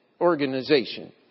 organization